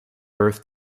birth